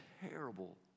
terrible